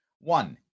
One